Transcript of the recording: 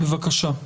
בבקשה.